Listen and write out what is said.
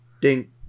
ding